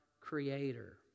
Creator